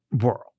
world